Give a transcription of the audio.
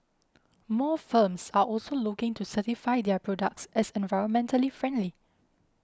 more firms are also looking to certify their products as environmentally friendly